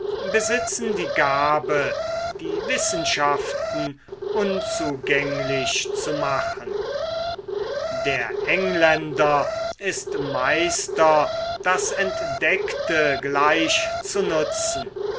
besitzen die gabe die wissenschaften unzugänglich zu machen der engländer ist meister das entdeckte gleich zu nutzen